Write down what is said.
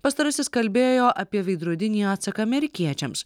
pastarasis kalbėjo apie veidrodinį atsaką amerikiečiams